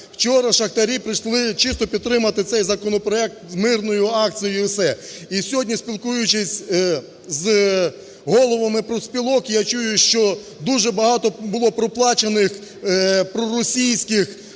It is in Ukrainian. Вчора шахтарі прийшли чисто підтримати цей законопроект з мирною акцією і все. І сьогодні, спілкуючись з головами профспілок, я чую, що дуже багато було проплачених проросійських